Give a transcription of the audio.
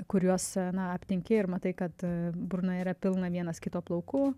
kuriuose aptinki ir matai kad burna yra pilna vienas kito plaukų